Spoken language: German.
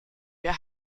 wir